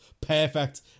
perfect